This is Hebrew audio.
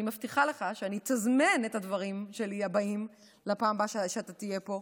אני מבטיחה שאני אתזמן את הדברים הבאים שלי לפעם הבאה שאתה תהיה פה,